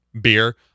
beer